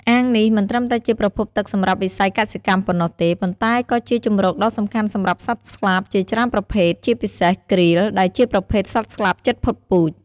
អាងនេះមិនត្រឹមតែជាប្រភពទឹកសម្រាប់វិស័យកសិកម្មប៉ុណ្ណោះទេ ប៉ុន្តែក៏ជាជម្រកដ៏សំខាន់សម្រាប់សត្វស្លាបជាច្រើនប្រភេទ ជាពិសេស ក្រៀល ដែលជាប្រភេទសត្វស្លាបជិតផុតពូជ។